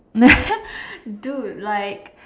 dude like